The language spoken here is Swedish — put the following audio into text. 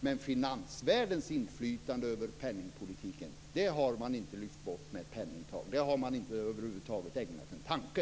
Men finansvärldens inflytande över penningpolitiken har man inte lyft bort med ett penndrag. Det har man över huvud taget inte ägnat en tanke.